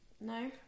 No